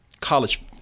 college